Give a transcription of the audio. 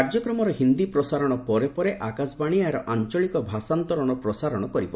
କାର୍ଯ୍ୟକ୍ରମର ହିନ୍ଦୀ ପ୍ରସାରଣ ପରେ ପରେ ଆକାଶବାଣୀ ଏହାର ଆଞ୍ଚଳିକ ଭାଷାନ୍ତରଣର ପ୍ରସାରଣ କରିବ